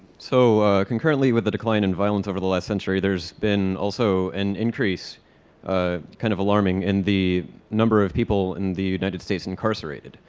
so concurrently with the decline in violence over the last century there's been also an increase ah kind of alarming in the number of people in the united states incarcerated.